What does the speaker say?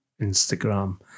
Instagram